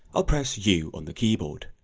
i'll press u on the keyboard.